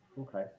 Okay